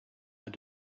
had